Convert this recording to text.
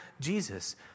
Jesus